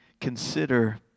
consider